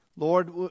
Lord